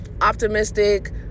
optimistic